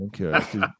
Okay